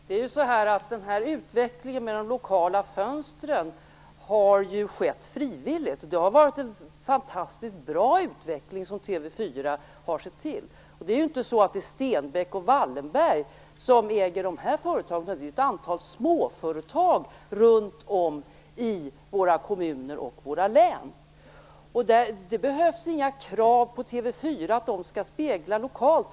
Fru talman! Utvecklingen med de lokala TV fönstren har ägt rum frivilligt. Det är en fantastiskt bra utveckling som TV 4 har gett upphov till. Det är inte Stenbeck och Wallenberg som äger de här företagen, utan det är fråga om ett antal småföretag runt om i våra kommuner och län. Det behövs inga krav på TV 4 att spegla förhållandena lokalt.